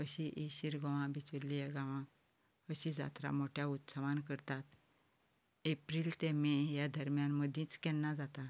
अशी ही शिरगांव बिचोली ह्या गांवांत अशी जात्रा मोठ्या उत्सवांत करतात एप्रील ते मे ह्या दर्म्यान मदींच केन्ना जाता